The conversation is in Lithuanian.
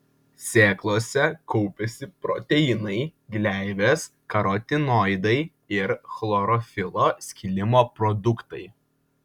sėklose kaupiasi proteinai gleivės karotinoidai ir chlorofilo skilimo produktai